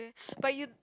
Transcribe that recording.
but you